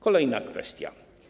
Kolejna kwestia.